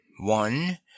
One